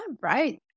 right